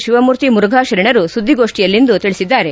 ಶಿವಮೂರ್ತಿ ಮುರುಫಾ ಶರಣರು ಸುದ್ದಿಗೋಷ್ಟಿಯಲ್ಲಿಂದು ತಿಳಿಸಿದ್ದಾರೆ